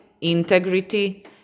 integrity